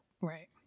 Right